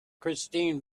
christine